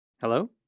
Hello